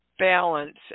balance